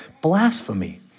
blasphemy